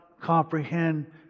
comprehend